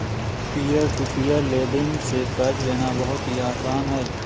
peer to peer lending से कर्ज लेना बहुत ही आसान है